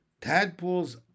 Tadpoles